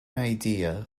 idea